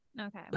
Okay